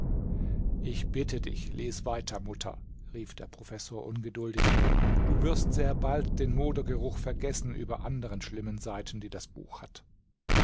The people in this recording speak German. ich bitte dich lies weiter mutter rief der professor ungeduldig du wirst sehr bald den modergeruch vergessen über anderen schlimmen seiten die das buch hat